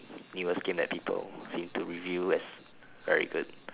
newest game that people seem to review as very good